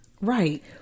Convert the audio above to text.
right